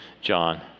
John